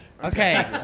Okay